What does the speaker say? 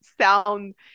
sound